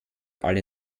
alle